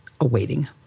awaiting